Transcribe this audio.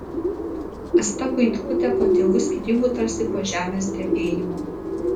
asta buitkutė po tėvų skyrybų tarsi po žemės drebėjimo